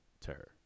terror